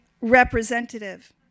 representative